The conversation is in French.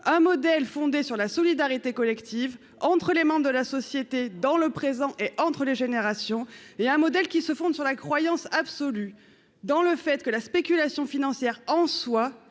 Un modèle fondé sur la solidarité collective entre les membres de la société, dans le présent et entre les générations, et un modèle qui s'appuie sur la croyance absolue dans le fait que la spéculation financière, en soi,